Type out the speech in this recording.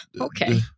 Okay